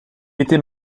était